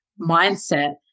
mindset